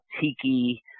Tiki